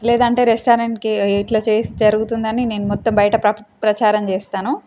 లేదంటే రెస్టారెంట్కి ఇలా చేసి జరుగుతుందని నేను మొత్తం బయట ప్ర ప్రచారం చేస్తాను